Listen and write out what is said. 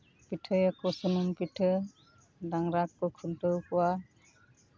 ᱯᱤᱴᱷᱟᱹᱭᱟᱠᱚ ᱥᱩᱱᱩᱢ ᱯᱤᱴᱷᱟᱹ ᱰᱟᱝᱨᱟ ᱞᱮ ᱠᱷᱩᱱᱴᱟᱹᱣ ᱠᱚᱣᱟ